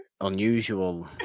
Unusual